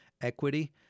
equity